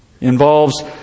involves